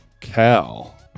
Cal